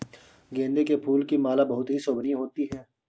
गेंदे के फूल की माला बहुत ही शोभनीय होती है